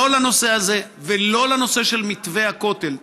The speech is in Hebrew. לא לנושא הזה ולא לנושא של מתווה הכותל.